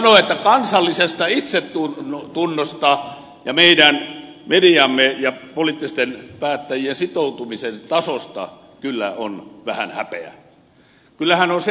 täytyy sanoa että kansallisesta itsetunnosta ja meidän mediamme ja poliittisten päättäjien sitoutumisen tasosta on kyllä vähän häpeä